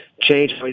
change